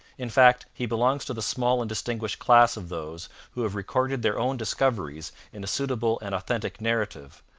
in fact, he belongs to the small and distinguished class of those who have recorded their own discoveries in a suitable and authentic narrative,